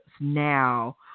now